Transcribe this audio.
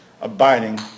abiding